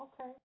Okay